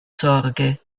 sorge